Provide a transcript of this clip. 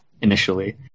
initially